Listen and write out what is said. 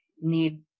Need